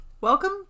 Welcome